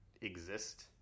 exist